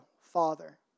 Father